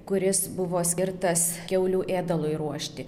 kuris buvo skirtas kiaulių ėdalui ruošti